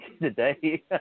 today